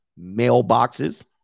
mailboxes